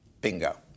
Bingo